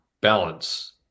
balance